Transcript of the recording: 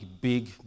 big